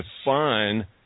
define